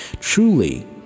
Truly